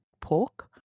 pork